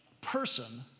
person